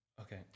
Okay